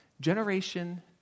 Generation